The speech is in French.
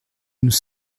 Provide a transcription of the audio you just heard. nous